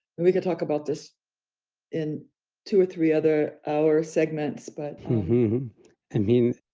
and we could talk about this in two or three other hour segments, but um and mean,